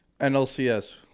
NLCS